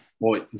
boy